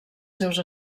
seus